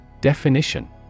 Definition